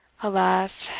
alas,